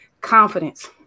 confidence